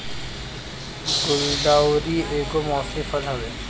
गुलदाउदी एगो मौसमी फूल हवे